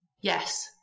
Yes